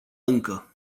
încă